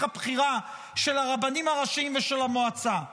הבחירה של הרבנים הראשיים ושל המועצה.